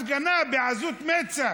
הפגנה בעזות מצח,